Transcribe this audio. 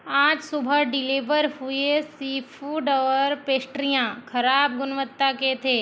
आज सुबह डिलेवर हुए सीफ़ूड और पेस्ट्रियाँ खराब गुणवत्ता के थे